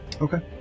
Okay